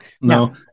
no